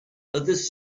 others